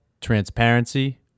transparency